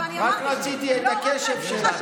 רק רציתי את הקשב שלך.